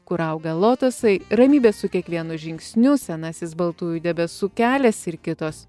kur auga lotosai ramybė su kiekvienu žingsniu senasis baltųjų debesų kelias ir kitos